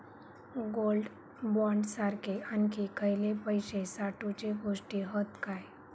Gold bond सारखे आणखी खयले पैशे साठवूचे गोष्टी हत काय?